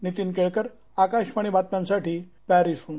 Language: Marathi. नीतीन केळकर आकाशवाणी बातम्यांसाठी पॅरिसह्न